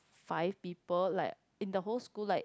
five people like in the whole school like